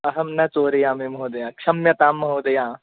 अहं न चोरयामि महोदया क्षम्यतां महोदया